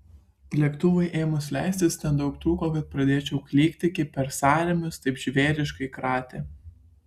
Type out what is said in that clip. lėktuvui ėmus leistis nedaug trūko kad pradėčiau klykti kaip per sąrėmius taip žvėriškai kratė